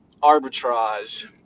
arbitrage